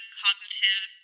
cognitive